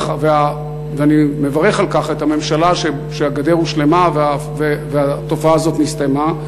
ואני מברך את הממשלה על כך שהגדר הושלמה והתופעה הזו נסתיימה.